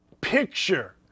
picture